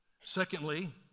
Secondly